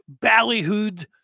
Ballyhooed